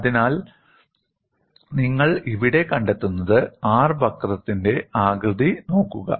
അതിനാൽ നിങ്ങൾ ഇവിടെ കണ്ടെത്തുന്നത് R വക്രത്തിന്റെ ആകൃതി നോക്കുക